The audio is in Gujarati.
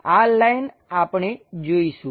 આ લાઈન આપણે જોઈશું